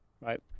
right